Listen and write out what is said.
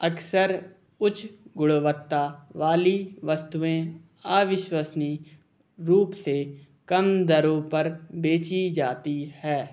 अक्सर उच्च गुणवत्ता वाली वस्तुएँ अविश्वसनीय रूप से कम दरों पर बेची जाती हैं